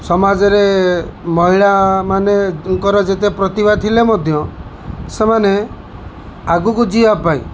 ସମାଜରେ ମହିଳାମାନଙ୍କର ଯେତେ ପ୍ରତିଭା ଥିଲେ ମଧ୍ୟ ସେମାନେ ଆଗକୁ ଯିବା ପାଇଁ